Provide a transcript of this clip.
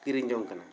ᱠᱤᱨᱤᱧ ᱡᱚᱝ ᱠᱟᱱᱟ